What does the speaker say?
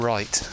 Right